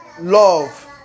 love